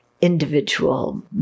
individual